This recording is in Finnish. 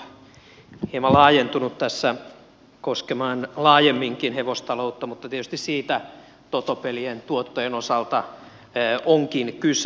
keskustelu on hieman laajentunut tässä koskemaan laajemminkin hevostaloutta mutta tietysti siitä totopelien tuottojen osalta onkin kyse